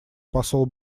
посол